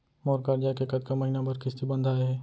मोर करजा के कतका महीना बर किस्ती बंधाये हे?